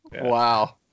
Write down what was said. Wow